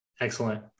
Excellent